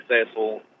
successful